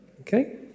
Okay